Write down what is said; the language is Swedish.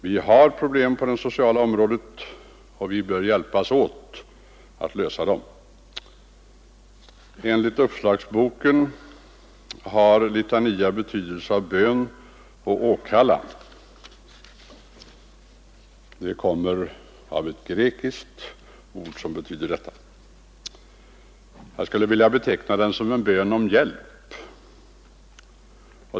Vi har problem på det sociala området, och vi bör hjälpas åt att lösa dem. Enligt uppslagsboken har litania betydelsen av bön och åkallan och kommer av ett grekiskt ord som betyder detta. Jag skulle vilja beteckna den som en bön om hjälp.